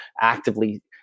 actively